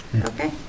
Okay